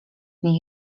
dni